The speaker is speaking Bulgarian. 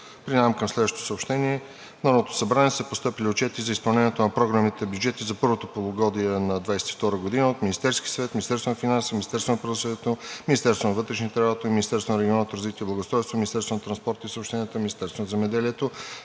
Преминавам към съобщения. В Народното събрание са постъпили отчети за изпълнението на програмните бюджети за първото полугодие на 2022 г. от Министерския съвет, Министерството на финансите, Министерството на правосъдието, Министерството на вътрешните работи, Министерството на регионалното развитие и благоустройството, Министерството на транспорта и съобщенията, Министерството на земеделието,